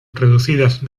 reducidas